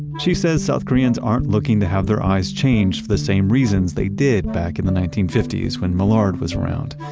she says south koreans aren't looking to have their eyes changed for the same reasons that they did back in the nineteen fifty s when millard was around.